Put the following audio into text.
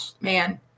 man